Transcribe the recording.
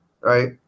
Right